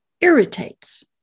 irritates